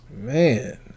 Man